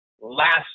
last